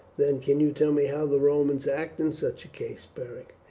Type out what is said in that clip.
then can you tell me how the romans act in such a case, beric?